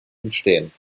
entstehen